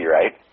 right